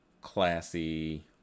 classy